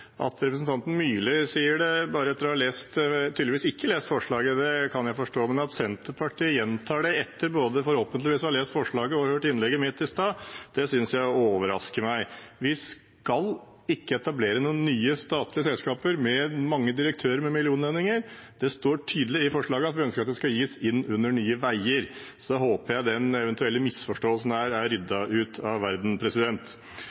At representanten Myrli sier det etter tydeligvis ikke å ha lest forslaget, kan jeg forstå, man at Senterpartiet gjentar det etter forhåpentligvis både å ha lest forslaget og ha hørt innlegget mitt i sted, overrasker meg. Vi skal ikke etablere nye statlige selskaper med mange direktører med millionlønninger. Det står tydelig i forslaget at vi ønsker at det skal inn under Nye Veier. Så da håper jeg den eventuelle misforståelsen er